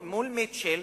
מול מיטשל,